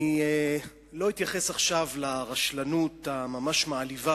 אני לא אתייחס עכשיו לרשלנות הממש-מעליבה